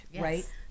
right